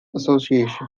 association